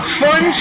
fun